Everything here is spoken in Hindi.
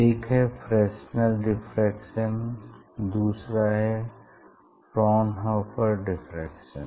एक है फ्रेसनल डिफ्रैक्शन और दूसरा है फ्रॉनहोफर डिफ्रैक्शन